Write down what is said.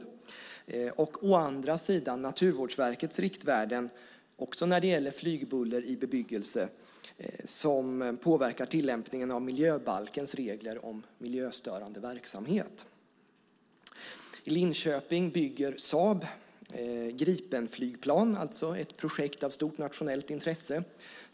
Å andra sidan handlar det om Naturvårdverkets riktvärden också när det gäller flygbuller i bebyggelse som påverkar tillämpningen av miljöbalkens regler om miljöstörande verksamhet. I Linköping bygger Saab Gripenflygplan - ett projekt av stort nationellt intresse.